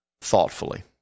thoughtfully